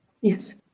Yes